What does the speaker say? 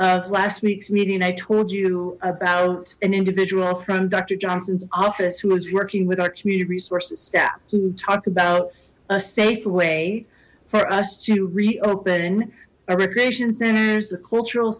last week's meeting i told you about an individual from doctor johnson's office who was working with our community resources staff to talk about a safe way for us to reopen our recreation centers the cultural